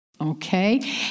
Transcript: Okay